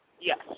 Yes